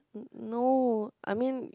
no I mean